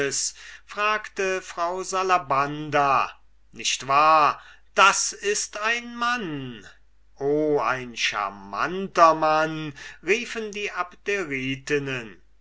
sagte frau salabanda nicht wahr das ist ein mann o ein scharmanter mann riefen die